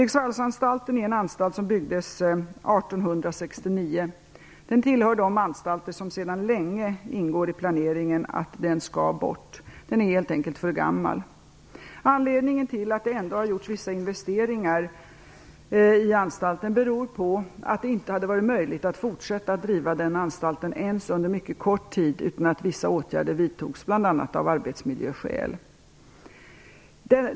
1869. Den tillhör de anstalter som det sedan länge planerats skall bort. Den är helt enkelt för gammal. Anledningen till att det ändå har gjorts vissa investeringar i anstalten är att det inte hade varit möjligt att fortsätta att driva den anstalten ens under mycket kort tid utan att vissa åtgärder vidtogs, bl.a. av arbetsmiljöskäl.